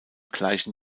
gleichen